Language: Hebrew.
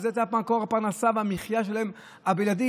וזה היה מקור הפרנסה והמחיה הבלעדי